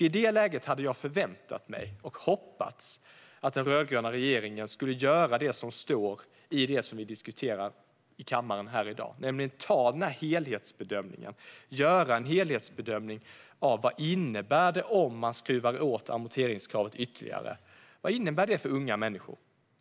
I det läget hade jag hoppats och förväntat mig att den rödgröna regeringen skulle göra det som står i det vi diskuterar i kammaren i dag, nämligen göra en helhetsbedömning av vad det innebär om man skruvar åt amorteringskravet ytterligare. Vad innebär det för unga människor?